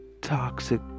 toxic